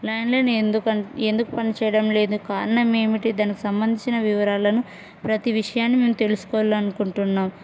landline ఎందుకు పని చేయడం లేదు కారణం ఏమిటి దానికి సంబంధించిన వివరాలను ప్రతి విషయాన్ని మేము తెలుసుకోవాలి అనుకుంటున్నాం